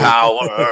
Power